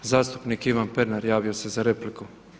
Zastupnik Ivan Pernar javio se za repliku.